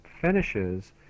finishes